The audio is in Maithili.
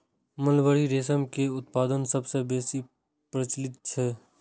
मलबरी रेशम के उत्पादन सबसं बेसी प्रचलित छै